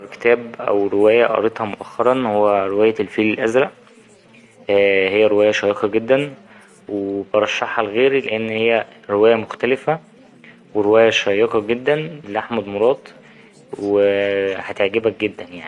كتاب أو رواية قريتها مؤخرا هو رواية الفيل الأزرق هي رواية شيقة جدا وبرشحها لغيري لأن هي رواية مختلفة ورواية شيقة جدا لأحمد مراد وهتعجبك جدا يعني.